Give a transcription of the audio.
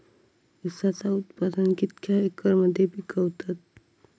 ऊसाचा उत्पादन कितक्या एकर मध्ये पिकवतत?